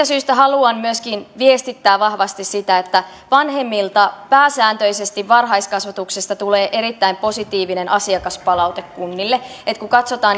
syystä haluan myöskin viestittää vahvasti sitä että vanhemmilta pääsääntöisesti varhaiskasvatuksesta tulee erittäin positiivista asiakaspalautetta kunnille että kun katsotaan